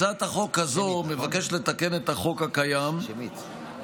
הצעת החוק הזו מבקשת לתקן את החוק הקיים ולהוסיף